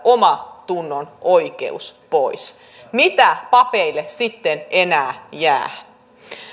omantunnon oikeus pois mitä papeille sitten enää jää